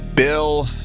Bill